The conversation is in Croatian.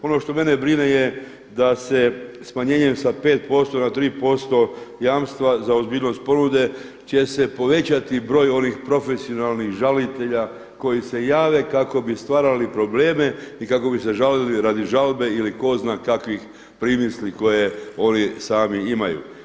Ono što mene brine je da se smanjenjem sa 5% na 3% jamstva za ozbiljnost ponude će se povećati broj onih profesionalnih žalitelja koji se jave kako bi stvarali probleme i kako bi se žalili radi žalbe ili ko zna kakvih primisli koje oni sami imaju.